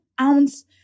ounce